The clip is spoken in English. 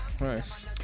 Nice